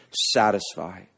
satisfy